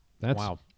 Wow